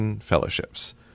fellowships